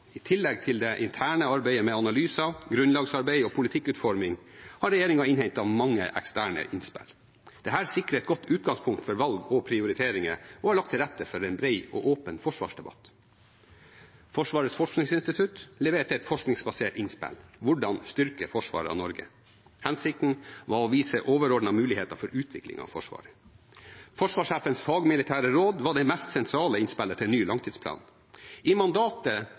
I tillegg til det interne arbeidet med analyser, grunnlagsarbeid og politikkutforming har regjeringen innhentet mange eksterne innspill. Dette sikrer et godt utgangspunkt for valg og prioriteringer og har lagt til rette for en bred og åpen forsvarsdebatt. Forsvarets forskningsinstitutt leverte et forskningsbasert innspill: Hvordan styrke forsvaret av Norge? Hensikten var å vise overordnede muligheter for utvikling av Forsvaret. Forsvarssjefens fagmilitære råd ga det mest sentrale innspillet til ny langtidsplan. I mandatet